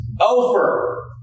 Over